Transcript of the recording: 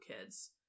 kids